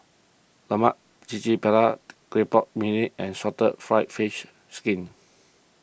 Lemak Cili Padi Clay Pot Mee and Salted Egg Fried Fish Skin